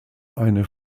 eine